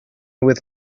with